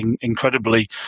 incredibly